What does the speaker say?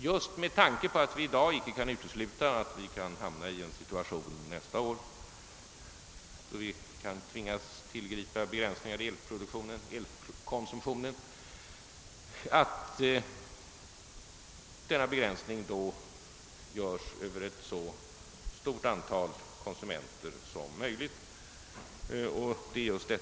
Just med tanke på att vi i dag inte kan utesluta att vi kan hamna i en liknande bristsituation nästa år förbereds åtgärder för att en sådan begränsning skall kunna göras för ett så stort antal konsumenter som möjligt.